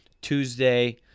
Tuesday